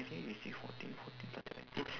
nineteen eighty six fourteen fourteen plus seventeen